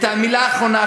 ומילה אחרונה,